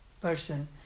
person